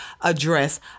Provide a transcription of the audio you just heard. address